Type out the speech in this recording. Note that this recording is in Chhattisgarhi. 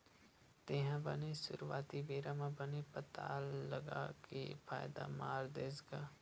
तेहा बने सुरुवाती बेरा म बने पताल लगा के फायदा मार देस गा?